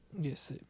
Yes